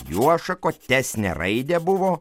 juo šakotesnė raidė buvo